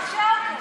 תשעשע אותו.